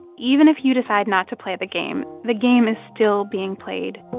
even if you decide not to play the game, the game is still being played,